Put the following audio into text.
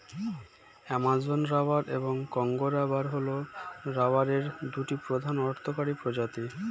Amazon rubber এবং Congo rubber হল রাবারের দুটি প্রধান অর্থকরী প্রজাতি